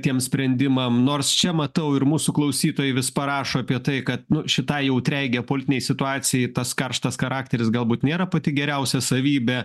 tiems sprendimams nors čia matau ir mūsų klausytojai vis parašo apie tai kad nu šitai jautriai geopolitinei situacijai tas karštas charakteris galbūt nėra pati geriausia savybė